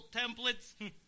templates